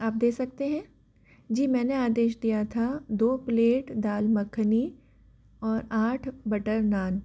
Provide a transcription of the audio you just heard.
आप दे सकते हैं जी मैं आदेश दिया था दो प्लेट दाल मखनी और आठ बटर नान